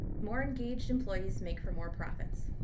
more engaged employees make for more profits.